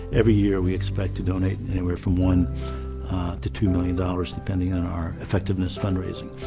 every year we expect to donate anywhere from one to two million dollars, depending on our effectiveness fundraising.